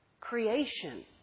creation